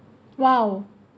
!wah!